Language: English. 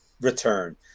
return